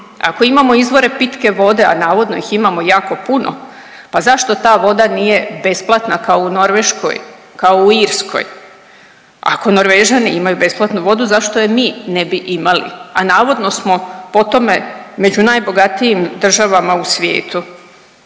Ako imamo izvore pitke vode, a navodno ih imamo jako puno, pa zašto ta voda nije besplatna kao u Norveškoj, kao u Irskoj, ako Norvežani imaju besplatnu vodu zašto je mi ne bi imali, a navodno smo po tome među najbogatijim državama u svijetu.